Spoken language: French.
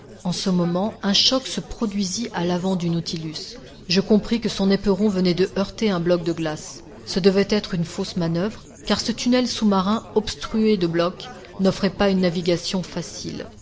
en ce moment un choc se produisit à l'avant du nautilus je compris que son éperon venait de heurter un bloc de glace ce devait être une fausse manoeuvre car ce tunnel sous-marin obstrué de blocs n'offrait pas une navigation facile